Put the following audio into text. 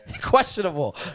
questionable